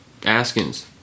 Askins